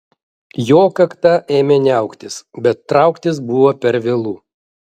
jo kakta ėmė niauktis bet trauktis buvo per vėlu